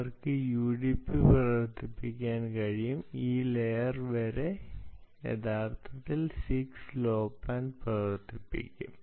അവർക്ക് യുഡിപി പ്രവർത്തിപ്പിക്കാൻ കഴിയും ഈ ലയെർ വരെ അവർ യഥാർത്ഥത്തിൽ 6 ലോ പാൻ പ്രവർത്തിപ്പിക്കും